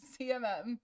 cmm